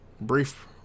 brief